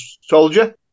soldier